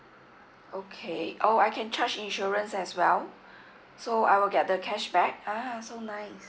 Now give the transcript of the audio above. okay oh I can charge insurance as well so I will get the cashback uh so nice